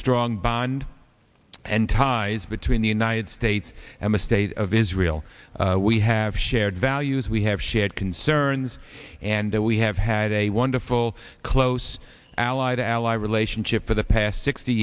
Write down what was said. strong bond and ties between the united states and the state of israel we have shared values we have shared concerns and that we have had a wonderful close allied ally relationship for the past sixty